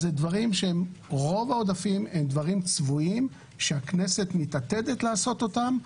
אלה דברים שרוב העודפים הם דברים צבועים שהכנסת מתעתדת לעשות אותם,